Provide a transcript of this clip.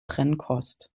trennkost